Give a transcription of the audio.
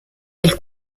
elle